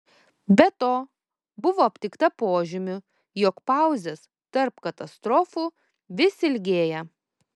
be to buvo aptikta požymių jog pauzės tarp katastrofų vis ilgėja